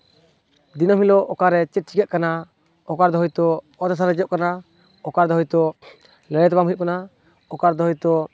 ᱫᱤᱱᱟᱹᱢ ᱦᱤᱞᱳᱜ ᱚᱠᱟᱨᱮ ᱪᱮᱫ ᱪᱤᱠᱟᱹᱜ ᱠᱟᱱᱟ ᱚᱠᱟ ᱫᱚ ᱦᱳᱭᱛᱳ ᱚᱛ ᱦᱟᱥᱟ ᱠᱚ ᱨᱮᱡᱚᱜ ᱠᱟᱱᱟ ᱚᱠᱟ ᱫᱚ ᱦᱳᱭᱛᱳ ᱞᱟᱹᱲᱦᱟᱹᱭ ᱛᱟᱯᱟᱢ ᱦᱩᱭᱩᱜ ᱠᱟᱱᱟ ᱚᱠᱟ ᱫᱚ ᱦᱳᱭᱛᱳ